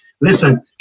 Listen